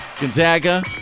Gonzaga